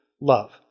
love